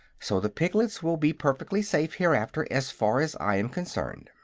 so the piglets will be perfectly safe, hereafter, as far as i am concerned.